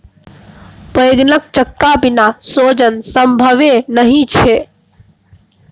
बैंगनक चक्का बिना सोजन संभवे नहि छै